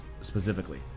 specifically